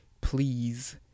Please